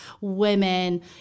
women